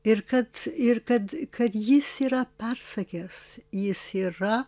ir kad ir kad kad jis yra persakęs jis yra